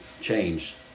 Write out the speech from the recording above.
change